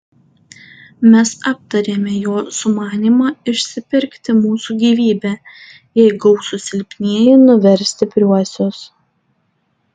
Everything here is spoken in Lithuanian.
mes aptarėme jo sumanymą išsipirkti mūsų gyvybę jei gausūs silpnieji nuvers stipriuosius